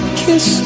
kiss